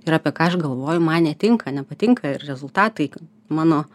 ir apie ką aš galvoju man netinka nepatinka ir rezultatai mano